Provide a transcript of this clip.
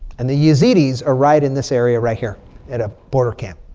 and the yazidis are right in this area right here at a border camp.